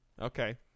Okay